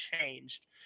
changed